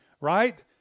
right